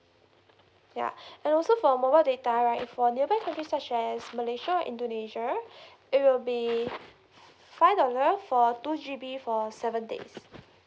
yeah and also for mobile data right for nearby country such as malaysia indonesia it will be five dollars for two G_B for seven days